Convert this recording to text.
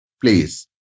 Please